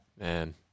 man